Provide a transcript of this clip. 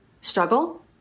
struggle